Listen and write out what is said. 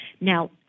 Now